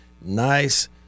nice